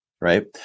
Right